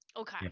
okay